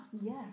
Yes